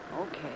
Okay